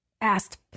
asked